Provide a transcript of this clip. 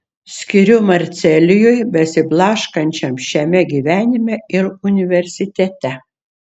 skiriu marcelijui besiblaškančiam šiame gyvenime ir universitete